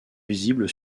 visibles